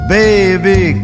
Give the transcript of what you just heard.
baby